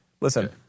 Listen